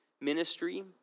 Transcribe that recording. Ministry